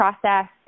process